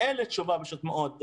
אין לי תשובה, פשוט מאוד.